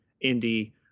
Indy